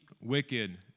wicked